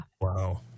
Wow